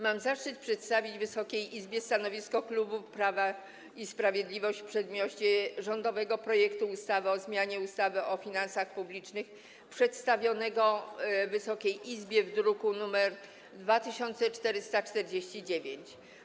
Mam zaszczyt przedstawić Wysokiej Izbie stanowisko klubu Prawo i Sprawiedliwość w przedmiocie rządowego projektu ustawy o zmianie ustawy o finansach publicznych, przedstawionego Wysokiej Izbie w druku nr 2449.